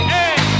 Hey